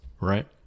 right